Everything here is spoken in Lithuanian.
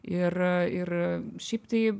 ir ir šiaip tai